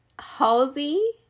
Halsey